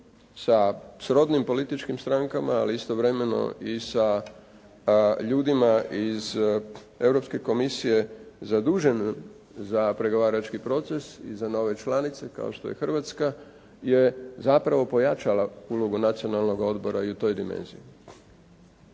sa srodnim političkim strankama, ali istovremeno i sa ljudima iz Europske komisije zadužen za pregovarački proces i za nove članice kao što je Hrvatska je zapravo pojačala ulogu Nacionalnog odbora i u toj dimenziji.